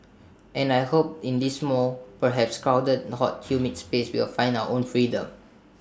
and I hope in this small perhaps crowded hot humid space we will find our own freedom